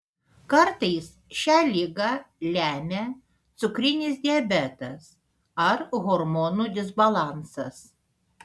kartais šią ligą lemia cukrinis diabetas ar hormonų disbalansas